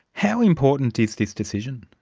how important is this decision?